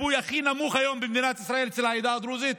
אחוז הריבוי הכי נמוך היום במדינת ישראל הוא אצל העדה הדרוזית,